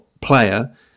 player